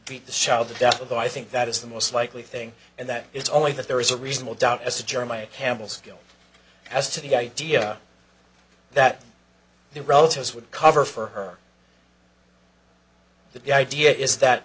brady the shall the death of the i think that is the most likely thing and that it's only that there is a reasonable doubt as to germany campbell skill as to the idea that the relatives would cover for her the idea is that